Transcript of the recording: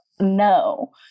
no